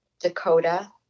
Dakota